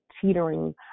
teetering